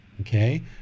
Okay